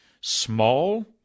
Small